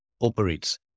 operates